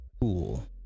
pool